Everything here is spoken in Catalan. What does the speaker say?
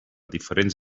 diferents